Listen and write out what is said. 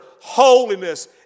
holiness